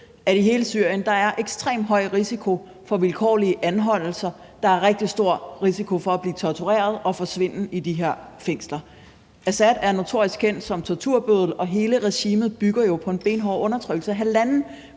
at i hele Syrien er der ekstremt høj risiko for vilkårlige anholdelser, der er rigtig stor risiko for at blive tortureret og forsvinde i de her fængsler. Assad er notorisk kendt som torturbøddel, og hele regimet bygger jo på en benhård undertrykkelse. Halvanden